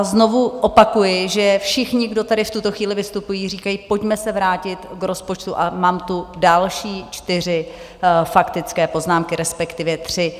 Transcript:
Znovu opakuji, že všichni, kdo tady v tuto chvíli vystupují, říkají: Pojďme se vrátit k rozpočtu, a mám tu další čtyři faktické poznámky, respektive tři.